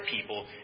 people